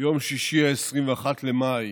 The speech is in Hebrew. ביום שישי, 21 במאי,